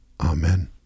Amen